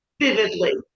vividly